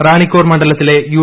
റാണിക്കോർ മണ്ഡലത്തിലെ യു